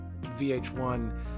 VH1